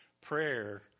Prayer